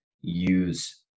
use